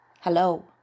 Hello